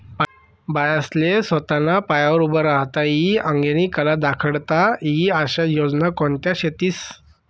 बायास्ले सोताना पायावर उभं राहता ई आंगेनी कला दखाडता ई आशा योजना कोणत्या शेतीस?